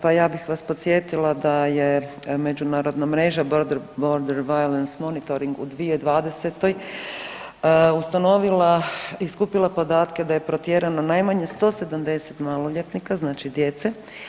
Pa ja bih vas podsjetila da je međunarodna mreža Border Violence Monitoring u 2020. ustanovila i skupina podatke da je protjerano najmanje 170 maloljetnika znači djece.